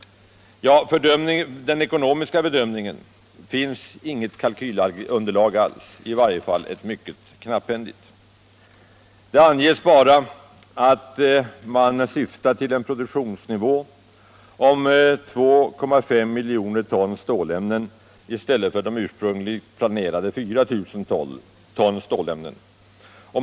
För den ekonomiska bedömningen finns inget kalkylunderlag alls, eller i varje fall ett mycket knapphändigt. Det anges bara att man syftar till en produktionsnivå om 2,5 miljoner ton stålämnen i stället för ursprungligen planerade 4 miljoner ton.